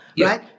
right